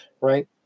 right